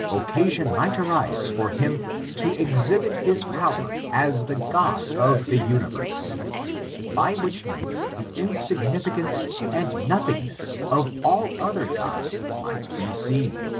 occasion might arise for him to exhibit his power as the god of the universe by which means the in significance and nothingness of all other gods might be seen.